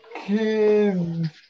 kids